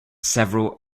several